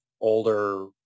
older